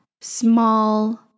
small